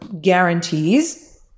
guarantees